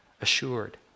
assured